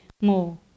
more